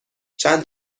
چند